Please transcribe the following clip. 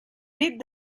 nit